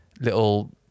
little